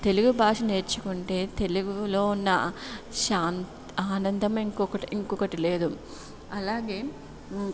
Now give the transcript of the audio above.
తెలుగు భాష నేర్చుకుంటే తెలుగులో ఉన్న సాం ఆనందం ఇంకొకటి ఇంకొకటి లేదు అలాగే